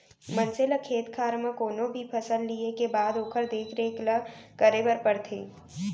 मनसे ल खेत खार म कोनो भी फसल लिये के बाद ओकर देख रेख ल करे बर परथे